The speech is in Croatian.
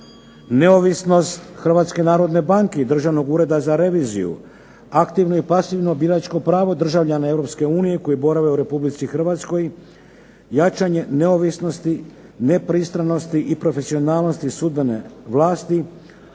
neovisnost HNB-a i Državnog ureda za reviziju, aktivno i pasivno biračko pravo državljana EU koji borave u RH, jačanje neovisnosti, nepristranosti i profesionalnosti sudbene vlasti,